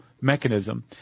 mechanism